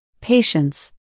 Patience